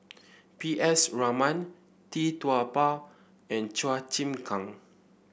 P S Raman Tee Tua Ba and Chua Chim Kang